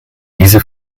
diese